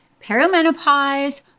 Perimenopause